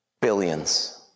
Billions